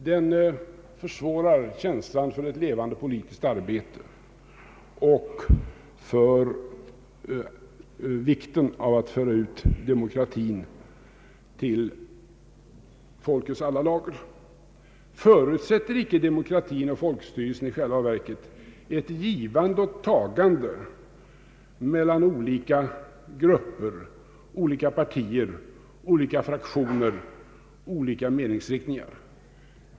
Detta försvårar känslan för ett levande politiskt arbete och för vikten av att föra ut demokratin till folkets alla lager. Förutsätter icke demokratin och folkstyrelsen i själva verket ett givande och tagande mellan olika grupper, olika partier, olika fraktioner och olika meningsriktningar?